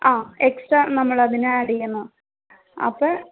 ആ എകസ്ട്രാ നമ്മളതിന് ആഡ് ചെയ്യുന്നു അപ്പോൾ